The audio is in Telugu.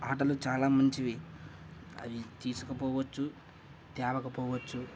ఆటలు చాలా మంచివి అవి తీసుకుపోవచ్చు తేవకపోవచ్చు